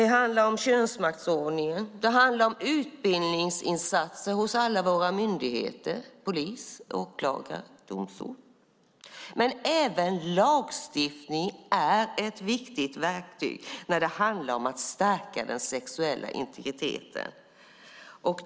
Det handlar om könsmaktsordningen. Det handlar om utbildningsinsatser hos alla våra myndigheter - polis, åklagare och domstol. Men även lagstiftning är ett viktigt verktyg när det handlar om att stärka den sexuella integriteten.